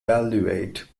evaluate